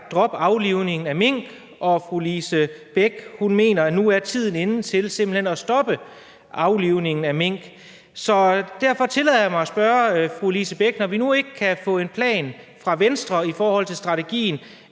»Drop aflivningen mink«. Fru Lise Bech mener, at tiden nu er inde til simpelt hen at stoppe aflivningen af mink. Derfor tillader jeg mig at spørge fru Lise Bech: Når vi nu ikke kan få en plan fra Venstre om strategien,